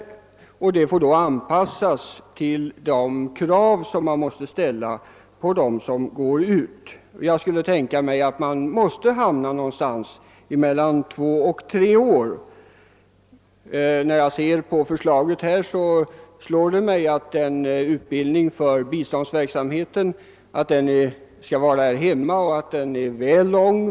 Tjänstgöringen får då anpassas till de krav man måste ställa på dem som går ut. Jag skulle tänka mig att man kommer att hamna någonstans mellan två och tre år. Utbildningen för biståndsverksamheten skall bedrivas här hemma. Den synes väl lång.